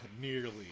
Nearly